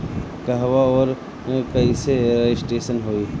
कहवा और कईसे रजिटेशन होई?